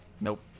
Nope